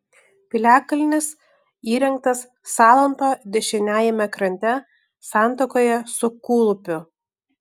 piliakalnis įrengtas salanto dešiniajame krante santakoje su kūlupiu